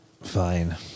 Fine